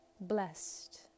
blessed